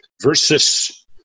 versus